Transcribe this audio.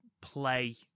play